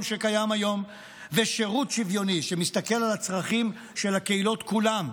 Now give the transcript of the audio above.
שקיים היום ושירות שוויוני שמסתכל על הצרכים של הקהילות כולן,